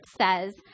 says